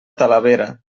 talavera